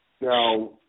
Now